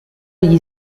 gli